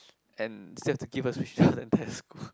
and still have to give a speech to the entire school